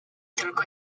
tylko